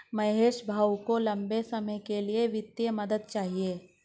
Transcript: महेश भाऊ को लंबे समय के लिए वित्तीय मदद चाहिए